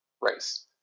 race